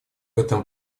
этом